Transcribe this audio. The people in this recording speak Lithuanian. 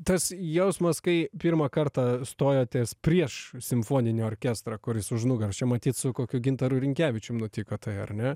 tas jausmas kai pirmą kartą stojotės prieš simfoninį orkestrą kuris už nugaros čia matyt su kokiu gintaru rinkevičium nutiko tai ar ne